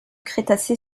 crétacé